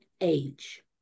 age